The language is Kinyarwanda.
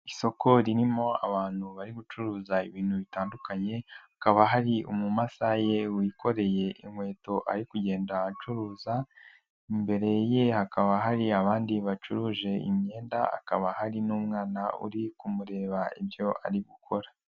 Isoko ririmo abantu bari gucuruza ibintu bitandukanye, hakaba hari umumasaye wikoreye inkweto ari kugenda acuruza. Imbere ye hakaba hari abandi bacuruje imyenda akaba hari n'umwana uri kumureba ibyo ari gukora.